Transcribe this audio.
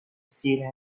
seer